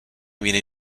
viene